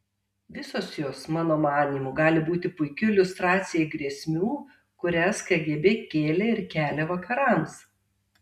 visos jos mano manymu gali būti puiki iliustracija grėsmių kurias kgb kėlė ir kelia vakarams